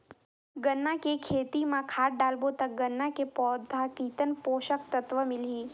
गन्ना के खेती मां खाद डालबो ता गन्ना के पौधा कितन पोषक तत्व मिलही?